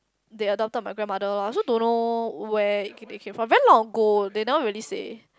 they adopted my grandmother loh I also don't know where they came from it very long ago they now rarely say